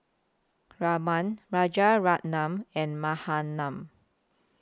Raman Rajaratnam and